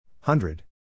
Hundred